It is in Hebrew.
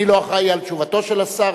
אני לא אחראי לתשובתו של השר,